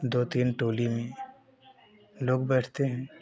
दो तीन टोली में लोग बैठते हैं